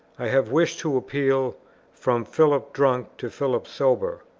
i have wished to appeal from philip drunk to philip sober.